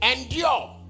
endure